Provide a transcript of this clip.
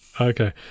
Okay